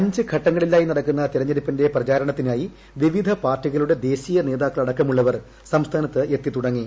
അഞ്ച് ഘട്ടങ്ങളായി നടക്കുന്ന തെരഞ്ഞെടുപ്പിന്റെ പ്രചാരണത്തിനായി വിവിധ പാർട്ടികളുടെ ദേശീയ നേതാക്കളടക്കമുള്ളവർ സംസ്ഥാനത്ത് എത്തി തുടങ്ങി